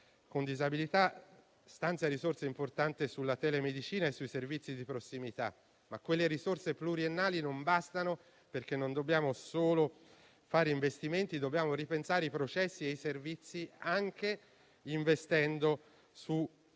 con disabilità, così come sulla telemedicina e sui servizi di prossimità, ma quelle risorse pluriennali non bastano, perché non dobbiamo solo fare investimenti, dobbiamo ripensare i processi e i servizi, anche investendo sulla